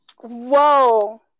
Whoa